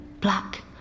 Black